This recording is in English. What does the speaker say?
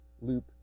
loop